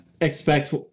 expect